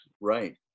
Right